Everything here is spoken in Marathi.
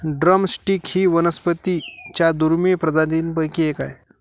ड्रम स्टिक ही वनस्पतीं च्या दुर्मिळ प्रजातींपैकी एक आहे